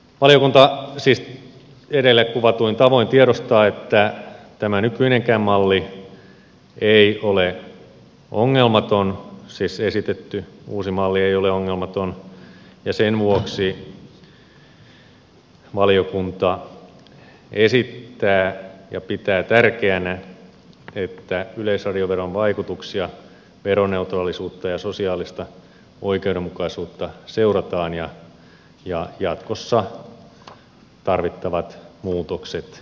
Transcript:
valiokunta siis edellä kuvatuin tavoin tiedostaa että tämä nykyinenkään malli ei ole ongelmaton siis esitetty uusi malli ei ole ongelmaton ja sen vuoksi valiokunta esittää ja pitää tärkeänä että yleisradioveron vaikutuksia veroneutraalisuutta ja sosiaalista oikeudenmukaisuutta seurataan ja jatkossa tarvittavat muutokset tehdään